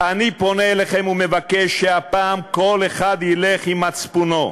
אני פונה אליכם ומבקש שהפעם כל אחד ילך עם מצפונו,